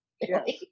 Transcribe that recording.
Yes